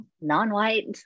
non-white